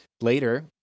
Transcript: Later